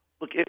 Look